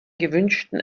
gewünschten